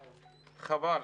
חבל.